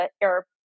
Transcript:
Air